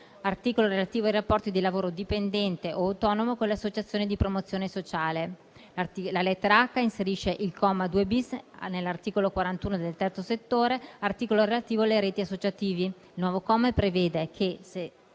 settore, relativo ai rapporti di lavoro dipendente o autonomo con le associazioni di promozione sociale. La lettera *h)* inserisce il comma 2-*bis* nell'articolo 41 del codice del Terzo settore, articolo relativo alle reti associative. Il nuovo comma prevede che,